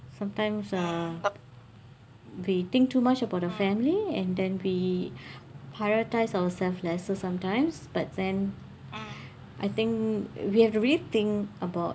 sometimes uh we think too much about the family and then we prioritize our self lesser sometimes but then I think we have to rethink about